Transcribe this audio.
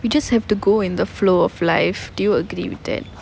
we just have to go in the flow of life do you agree with that